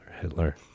Hitler